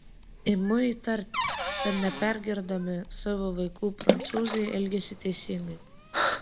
imu įtarti kad nepergirdami savo vaikų prancūzai elgiasi teisingai